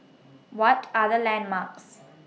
What Are The landmarks